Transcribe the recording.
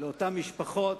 לאותן משפחות,